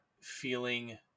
feeling